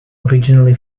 originally